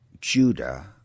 Judah